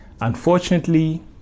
unfortunately